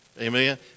Amen